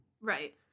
Right